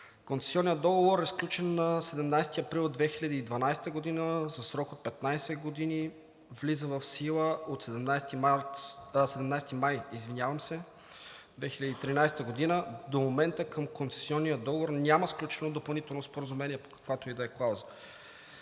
Концесионният договор е сключен на 17 април 2012 г. за срок от 15 години и влиза в сила от 17 май 2013 г. До момента към концесионния договор няма сключено допълнително споразумение по каквато и да е клауза.